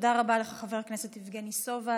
חבר הכנסת יבגני סובה.